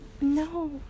no